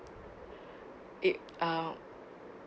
it uh